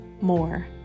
more